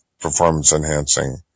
performance-enhancing